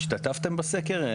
השתתפתם בסקר?